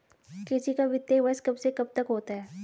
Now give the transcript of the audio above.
कृषि का वित्तीय वर्ष कब से कब तक होता है?